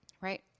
right